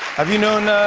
have you known